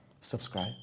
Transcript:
subscribe